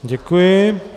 Děkuji.